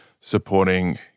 supporting